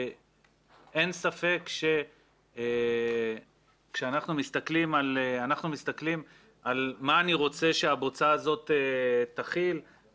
אין ספק שכאשר אנחנו מסתכלים על מה אני רוצה שהבוצה הזאת תכיל,